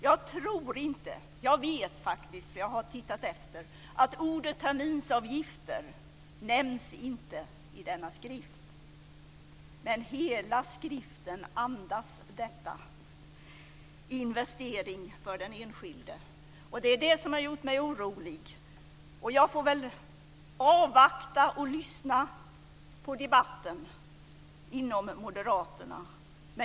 Jag tror - eller jag vet faktiskt, för jag har tittat efter - att ordet terminsavgifter inte nämns i denna skrift, men hela skriften andas detta; investering för den enskilde. Det är det som har gjort mig orolig. Jag får väl avvakta och lyssna på debatten inom Moderaterna.